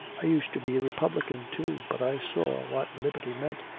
i used to be a republican too, but i saw what liberty meant,